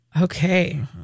Okay